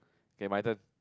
K my turn